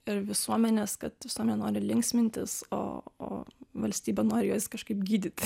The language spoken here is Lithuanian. ir visuomenės kad visuomenė nori linksmintis o valstybė nori juos kažkaip gydyt